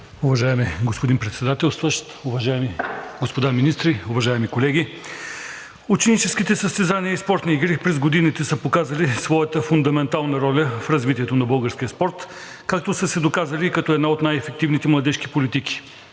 Уважаеми господин Председателствуващ, уважаеми господа министри, уважаеми колеги! Ученическите състезания и спортни игри през годините са показали своята фундаментална роля в развитието на българския спорт, както и са се доказали като една от най-ефективните младежки политики.